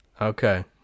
Okay